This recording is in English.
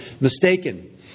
mistaken